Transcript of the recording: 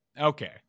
okay